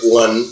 one